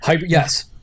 Yes